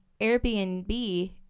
Airbnb